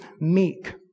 meek